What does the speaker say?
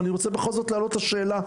אבל אני רוצה בכל זאת להעלות את השאלה,